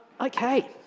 Okay